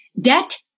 Debt